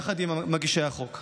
יחד עם מגישי החוק.